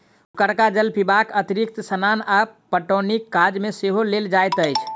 उपरका जल पीबाक अतिरिक्त स्नान आ पटौनीक काज मे सेहो लेल जाइत अछि